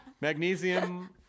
Magnesium